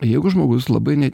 jeigu žmogus labai